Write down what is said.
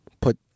put